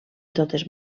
totes